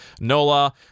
Nola